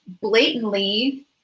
blatantly